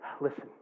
Listen